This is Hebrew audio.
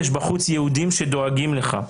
יש בחוץ יהודים שדואגים לך,